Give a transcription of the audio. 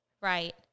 Right